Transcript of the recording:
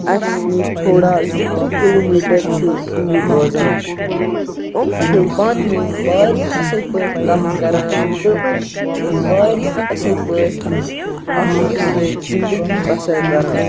اَسہِ نِش تھوڑا زٕ ترٛےٚ کِلو میٹَر چھِ دور روزان یِم چھِ پانہٕ ؤنۍ واریاہ اصل پٲٹھۍ کَتھ کَران تہٕ چھِ واریاہ اصل پٲٹھۍ اَکھ أکِس سۭتۍ زِندگی بَسَر کَران